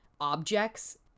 objects